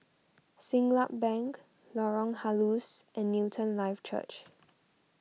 Siglap Bank Lorong Halus and Newton Life Church